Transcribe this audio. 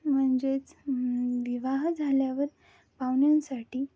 म्हणजेच विवाह झाल्यावर पाहुण्यांसाठी